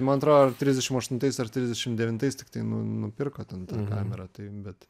man atro ar trisdešim aštuntais ar trisdešim devintais tiktai nu nupirko ten kamerą tai bet